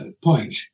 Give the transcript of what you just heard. point